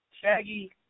Shaggy